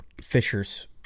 Fisher's